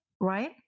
right